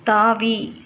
தாவி